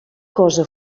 cosa